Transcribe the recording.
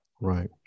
Right